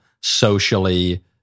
socially